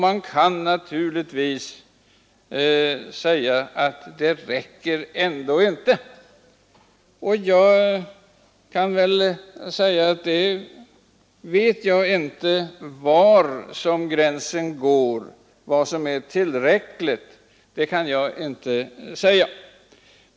Man kan naturligtvis säga att det ändå inte räcker. Var gränsen går för vad som är tillräckligt kan jag inte säga.